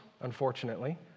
unfortunately